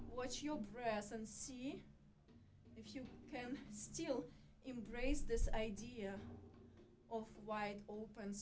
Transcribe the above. what your brass and see if you can still embrace this idea of wide open